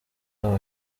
wabo